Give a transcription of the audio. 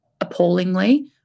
appallingly